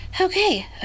okay